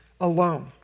alone